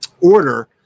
order